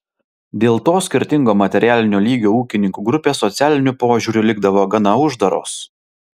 dėl to skirtingo materialinio lygio ūkininkų grupės socialiniu požiūriu likdavo gana uždaros